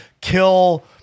kill